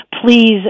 Please